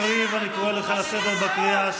לכן, תגיד לי, נראה לך שאתה ממשיך לדבר?